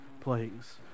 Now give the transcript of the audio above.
plagues